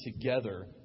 together